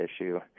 issue